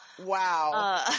Wow